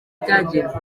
byagenwe